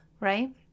right